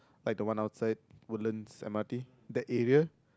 like the one outside Woodlands m_r_t that area